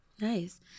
Nice